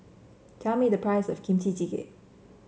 tell me the price of Kimchi Jjigae